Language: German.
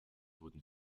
wurden